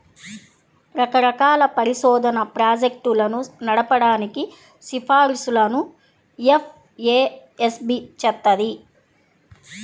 రకరకాల పరిశోధనా ప్రాజెక్టులను నడపడానికి సిఫార్సులను ఎఫ్ఏఎస్బి చేత్తది